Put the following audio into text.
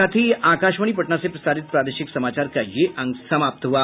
इसके साथ ही आकाशवाणी पटना से प्रसारित प्रादेशिक समाचार का ये अंक समाप्त हुआ